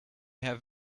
have